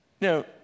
Now